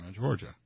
Georgia